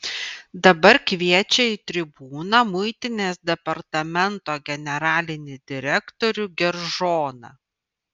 dabar kviečia į tribūną muitinės departamento generalinį direktorių geržoną